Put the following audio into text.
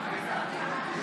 שהייתם.